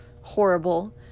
horrible